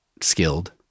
skilled